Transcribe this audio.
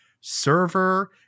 server